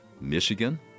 Michigan